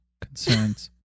concerns